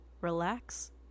relax